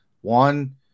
One